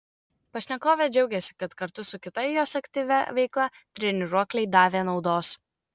pašnekovė džiaugėsi kad kartu su kita jos aktyvia veikla treniruokliai davė naudos